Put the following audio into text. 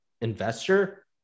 investor